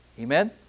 Amen